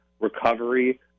recovery